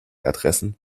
adressen